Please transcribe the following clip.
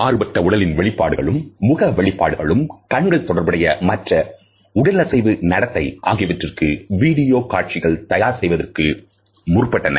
மாறுபட்ட உடலின் வெளிப்பாடுகளுக்கு முக வெளிப்பாடுகளுக்கு கண்கள் தொடர்புடைய மற்றும் உடலசைவு நடத்தை ஆகியவற்றிற்கு வீடியோ காட்சிகள்தயார் செய்வதற்கு முற்பட்டனர்